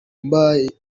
mbabaye